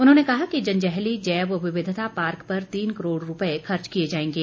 उन्होंने कहा कि जंजैहली जैव विविधता पार्क पर तीन करोड रुपए खर्च किए जाएंगे